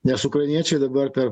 nes ukrainiečiai dabar per